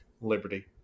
liberty